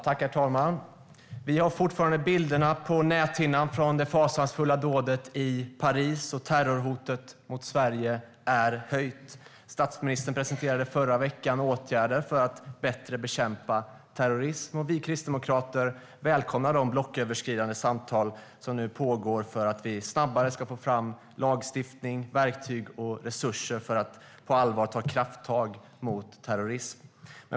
Herr talman! Vi har fortfarande bilderna på näthinnan från det fasansfulla dådet i Paris, och terrorhotet mot Sverige är höjt. Statsministern presenterade i förra veckan åtgärder för att bättre bekämpa terrorism, och vi kristdemokrater välkomnar de blocköverskridande samtal som nu pågår för att vi snabbare ska få fram lagstiftning, verktyg och resurser för att på allvar ta krafttag mot terrorism.